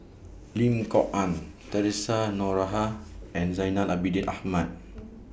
Lim Kok Ann Theresa Noronha and Zainal Abidin Ahmad